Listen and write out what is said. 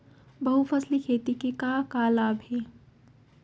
बहुफसली खेती के का का लाभ हे?